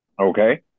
Okay